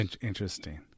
Interesting